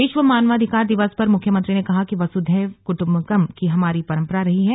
विश्व मानवाधिकार दिवस पर मुख्यमंत्री ने कहा कि वसुधैव कुट्म्बकम की हमारी परम्परा रही है